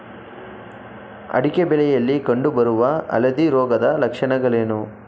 ಅಡಿಕೆ ಬೆಳೆಯಲ್ಲಿ ಕಂಡು ಬರುವ ಹಳದಿ ರೋಗದ ಲಕ್ಷಣಗಳೇನು?